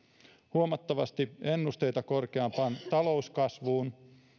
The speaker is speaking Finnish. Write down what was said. huomattavasti ennusteita korkeampaan talouskasvuun